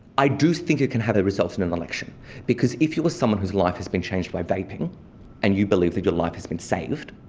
i do think it can have results in an election because if you were someone whose life has been changed by vaping and you believe that your life has been saved,